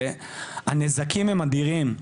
והנזקים הם אדירים.